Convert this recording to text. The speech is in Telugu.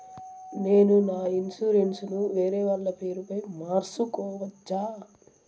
నేను నా ఇన్సూరెన్సు ను వేరేవాళ్ల పేరుపై మార్సుకోవచ్చా?